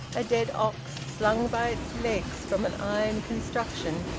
a dead ox, slung by its legs from an iron construction,